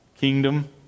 kingdom